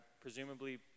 presumably